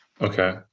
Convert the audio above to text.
Okay